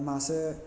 मासे